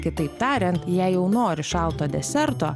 kitaip tariant jei jau nori šalto deserto